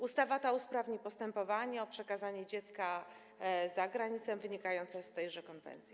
Ustawa ta usprawni postępowanie o przekazanie dziecka za granicę wynikające z tejże konwencji.